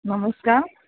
नमस्कार